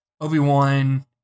Obi-Wan